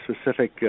specific